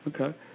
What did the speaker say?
okay